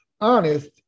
honest